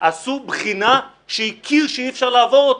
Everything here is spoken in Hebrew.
עשו בחינה שהיא קיר שאי-אפשר לעבור אותו.